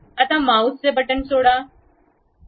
आता माउस चे बटन सोडा